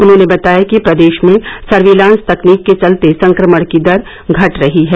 उन्होंने बताया कि प्रदेश में सर्विलांस तकनीक के चलते संक्रमण की दर घट रही है